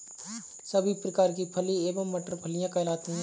सभी प्रकार की फली एवं मटर फलियां कहलाती हैं